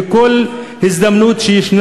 ובכל הזדמנות שיש,